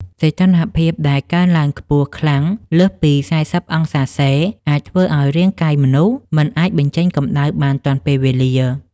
សីតុណ្ហភាពដែលកើនឡើងខ្ពស់ខ្លាំងលើសពី ៤០ អង្សាសេ អាចធ្វើឱ្យរាងកាយមនុស្សមិនអាចបញ្ចេញកម្ដៅបានទាន់ពេលវេលា។